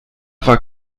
war